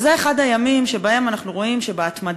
וזה אחד הימים שבהם אנחנו רואים שבהתמדה,